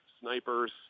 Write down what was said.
snipers